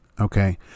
okay